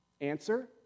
Answer